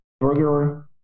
burger